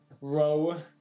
row